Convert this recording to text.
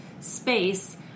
space